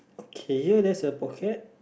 okay here there's a pocket